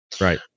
right